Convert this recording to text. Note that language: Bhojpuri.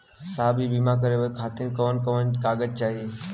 साहब इ बीमा करें खातिर कवन कवन कागज चाही?